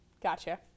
Gotcha